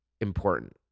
important